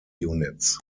units